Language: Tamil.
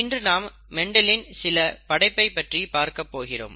இன்று நாம் மெண்டலின் சில படைப்பை பற்றி பார்க்கப்போகிறோம்